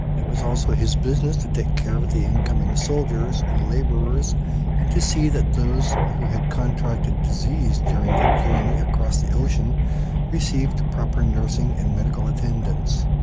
it was also his business to take care of the incoming soldiers and labourers and to see that those who had contracted disease during their journey across the ocean received proper nursing and medical attendance.